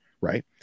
right